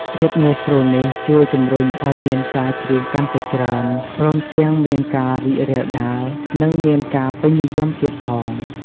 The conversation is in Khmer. ភាពងាយស្រួលនេះបានជួយជំរុញឲ្យមានការច្រៀងកាន់តែច្រើន ព្រមទាំងមានការរីករាលដាល និងមានការពេញនិយមទៀតផង។